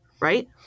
right